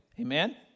Amen